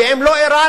ואם לא אירן,